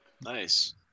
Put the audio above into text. Nice